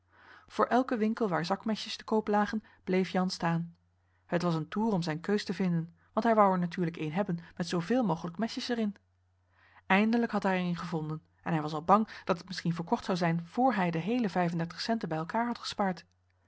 voor elken winkel waar zakmesjes te koop lagen bleef jan staan het was een toer om zijn keus te vinden want hij wou er natuurlijk een hebben met zoo veel mogelijk mesjes er in eindelijk had hij er een gevonden en hij was al bang dat het misschien verkocht zou zijn vr hij de heele vijfendertig centen bij elkaar had gespaard